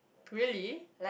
really